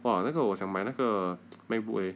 !wah! 那个我想买那个 macbook eh